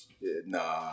nah